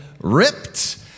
ripped